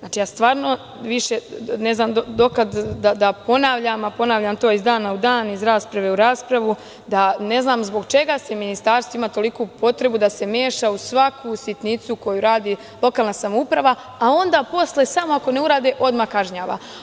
Ne znam više do kada da ponavljam, a ponavljam to iz dana u dan, iz rasprave u raspravu, da ne znam zbog čega ministarstvo ima takvu potrebu da se meša u svaku sitnicu koji radi lokalna samouprava, a onda posle samo ako ne urade, odmah kažnjava.